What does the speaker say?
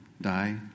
die